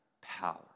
power